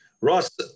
Ross